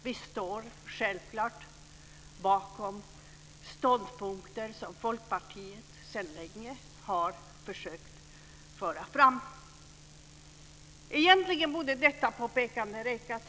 Vi står självklart bakom de ståndpunkter som Folkpartiet sedan länge har försökt att föra fram. Egentligen borde detta påpekande räcka.